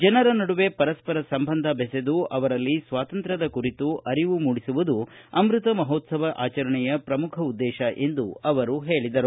ಜನರ ನಡುವೆ ಪರಸ್ಪರ ಸಂಬಂಧ ಬೆಸೆದು ಅವರಲ್ಲಿ ಸ್ವಾತಂತ್ರ್ವದ ಕುರಿತು ಅರಿವು ಮೂಡಿಸುವುದು ಅಮೃತ ಮಹೋತ್ಸವ ಆಚರಣೆಯ ಪ್ರಮುಖ ಉದ್ದೇಶ ಎಂದು ಅವರು ಹೇಳಿದರು